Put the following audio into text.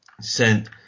sent